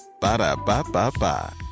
Ba-da-ba-ba-ba